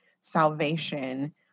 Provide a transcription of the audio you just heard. salvation